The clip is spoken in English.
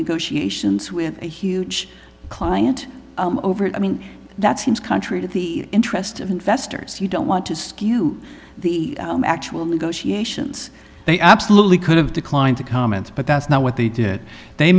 negotiations with huge client over it i mean that seems country to the interest of investors you don't want to skew the actual negotiations they absolutely could have declined to comment but that's not what they did they